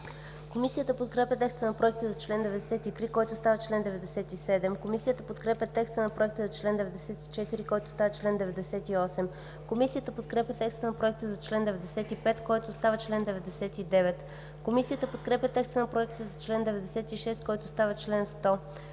Комисията подкрепя текста на проекта за чл. 93, който става чл. 97. Комисията подкрепя текста на Проекта за чл. 94, който става чл. 98. Комисията подкрепя текста на Проекта за чл. 95, който става чл. 99. Комисията подкрепя текста на Проекта за чл. 96, който става чл. 100.